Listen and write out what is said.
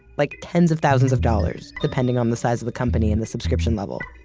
like tens of thousands of dollars, depending on the size of the company and the subscription level.